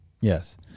Yes